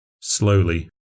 Slowly